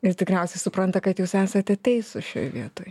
ir tikriausiai supranta kad jūs esate teisūs šioj vietoj